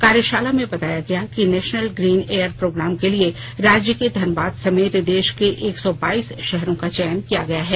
कार्यशाला में बताया गया कि नेशनल ग्रीन एयर प्रोग्राम के लिए राज्य के धनबाद समेत देश के एक सौ बाइस शहरों का चयन किया गया है